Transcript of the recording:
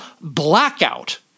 blackout